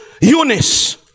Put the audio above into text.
Eunice